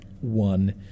one